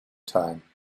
time